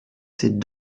ces